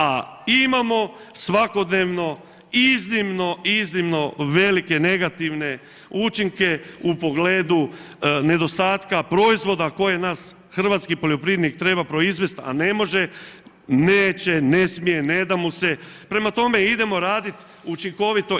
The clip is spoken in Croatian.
A imamo svakodnevno iznimno, iznimno velike, negativne učinke u pogledu nedostatka proizvoda koje nas hrvatski poljoprivrednik treba proizvesti a ne može, neće, ne smije, ne da mu se, prema tome idemo raditi učinkovito.